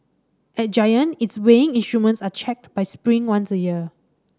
at Giant its weighing instruments are checked by Spring once a year